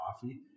coffee